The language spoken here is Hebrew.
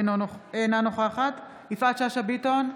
אינה נוכחת יפעת שאשא ביטון,